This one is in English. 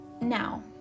Now